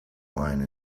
wine